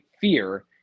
fear